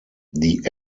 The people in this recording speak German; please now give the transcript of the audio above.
die